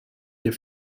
hier